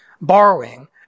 borrowing